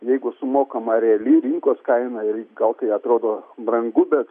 jeigu sumokama reali rinkos kaina ir gal tai atrodo brangu bet